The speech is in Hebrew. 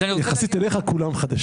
אני כאן לא מקבל את מה שהוא